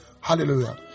hallelujah